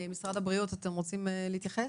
משרד הבריאות, אתם רוצים להתייחס?